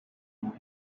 amaze